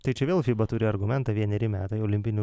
tai čia vėl fiba turi argumentą vieneri metai olimpinių